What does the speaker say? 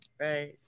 Right